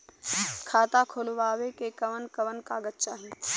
खाता खोलवावे में कवन कवन कागज चाही?